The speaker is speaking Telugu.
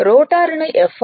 రోటర్ను Fr